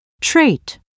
Trait